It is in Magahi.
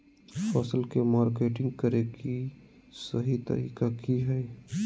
फसल के मार्केटिंग करें कि सही तरीका की हय?